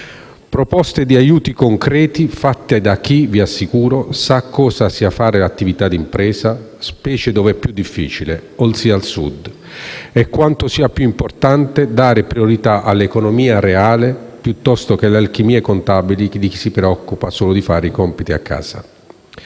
proposte di aiuti concreti fatte da chi sa cosa sia fare attività d'impresa, specie dove è più difficile, ossia al Sud, e quanto sia più importante dare priorità all'economia reale piuttosto che alle alchimie contabili di chi si preoccupa solo di «fare i compiti a casa».